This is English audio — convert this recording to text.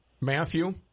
Matthew